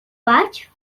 vaig